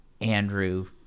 Andrew